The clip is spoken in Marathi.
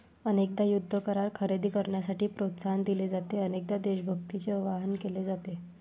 अनेकदा युद्ध करार खरेदी करण्यासाठी प्रोत्साहन दिले जाते, अनेकदा देशभक्तीचे आवाहन केले जाते